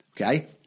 okay